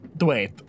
Wait